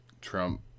Trump